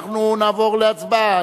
אנחנו נעבור להצבעה,